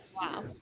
wow